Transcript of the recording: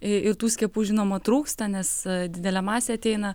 į ir tų skiepų žinoma trūksta nes didelė masė ateina